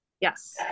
Yes